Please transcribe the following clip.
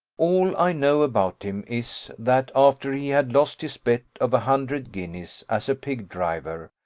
all i know about him is, that after he had lost his bet of a hundred guineas, as a pig-driver,